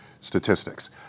statistics